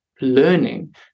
learning